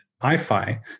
iFi